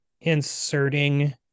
inserting